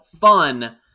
fun